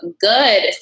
good